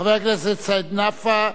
חבר הכנסת סעיד נפאע,